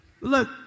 Look